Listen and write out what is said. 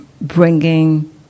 bringing